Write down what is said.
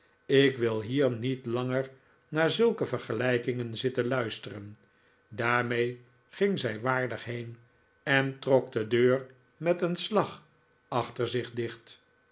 ik wil hier niet langer naar zulke vergelijkingen zitten luisteren daarmee ging zij waardig heen en trok de deur met een slag achter zich dicht